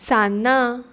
सान्नां